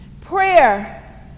Prayer